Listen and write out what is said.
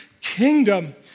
kingdom